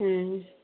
हम्म